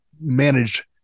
managed